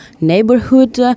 neighborhood